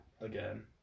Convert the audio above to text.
Again